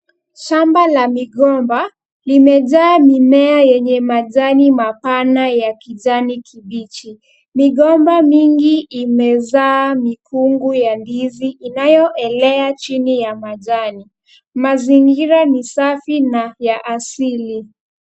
Shamba la migomba limejaa mimea yenye majani mapana ya kijani kibichi. Migomba mingi imezaa mikungu ya ndizi inayoelea chini ya majani. Mazingira ni safi na ya asili.